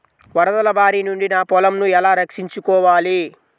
వరదల భారి నుండి నా పొలంను ఎలా రక్షించుకోవాలి?